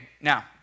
now